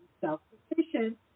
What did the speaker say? self-sufficient